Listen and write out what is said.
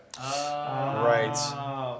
Right